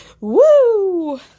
woo